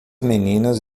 meninas